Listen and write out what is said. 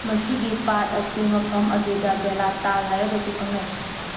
ꯃꯁꯤꯒꯤ ꯄꯥꯠ ꯑꯁꯤ ꯃꯐꯝ ꯑꯗꯨꯗ ꯕꯦꯂꯥ ꯇꯥꯜ ꯍꯥꯏꯔꯒꯁꯨ ꯈꯪꯅꯩ